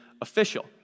official